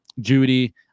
Judy